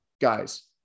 guys